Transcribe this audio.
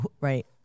Right